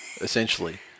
essentially